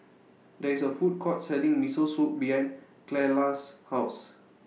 There IS A Food Court Selling Miso Soup behind Clella's House